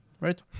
right